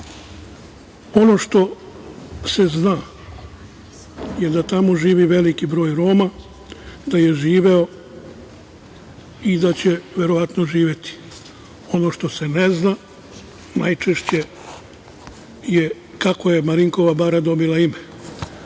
Ono što se zna je da tamo živi veliki broj Roma, da je živeo i da će verovatno živeti. Ono što se ne zna, najčešće je kako je Marinkova bara dobila ime.